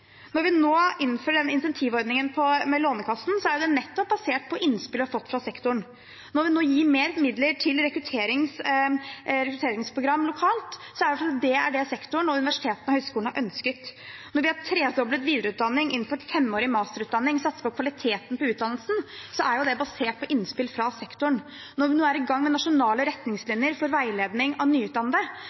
Når vi nå innfører incentivordningen med Lånekassen, er det nettopp basert på innspill vi har fått fra sektoren. Når vi nå gir mer midler til rekrutteringsprogram lokalt, er det fordi det er dette sektoren og universitetene og høyskolene har ønsket. Når vi har tredoblet videreutdanningen, innført femårig masterutdanning, satset på kvaliteten på utdannelsen, så er dette basert på innspill fra sektoren. Når vi nå er i gang med nasjonale retningslinjer for veiledning av nyutdannede,